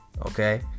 Okay